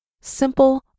simple